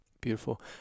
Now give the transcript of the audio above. Beautiful